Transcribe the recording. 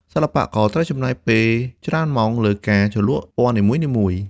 សិល្បករត្រូវចំណាយពេលច្រើនម៉ោងលើការជ្រលក់ពណ៌នីមួយៗ។